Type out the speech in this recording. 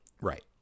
Right